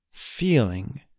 feeling